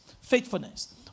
Faithfulness